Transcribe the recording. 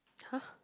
!huh!